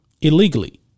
Illegally